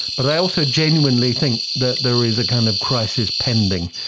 but i also genuinely think that there is a kind of crisis pending.